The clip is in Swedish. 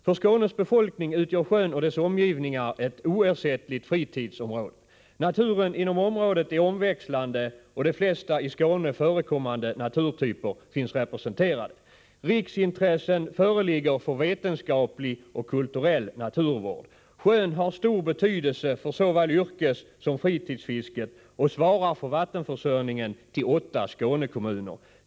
För Skånes befolkning utgör sjön och dess omgivningar ett oersättligt fritidsområde. Naturen inom området är omväxlande, och de flesta i Skåne förekommande naturtyper finns representerade. Riksintressen föreligger för vetenskaplig och kulturell naturvård. Sjön har stor betydelse för såväl yrkessom fritidsfisket och svarar för vattenförsörjningen till åtta Skånekommuner.